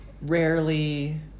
rarely